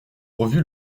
revue